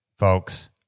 Folks